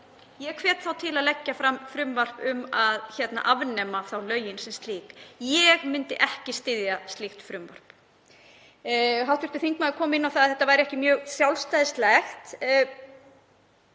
laga til að leggja fram frumvarp um að afnema lögin sem slík. Ég myndi ekki styðja slíkt frumvarp. Hv. þingmaður kom inn á það að þetta væri ekki mjög sjálfstæðislegt.